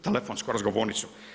Telefonsku razgovornicu.